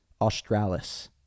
Australis